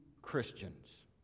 Christians